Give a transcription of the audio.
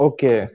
Okay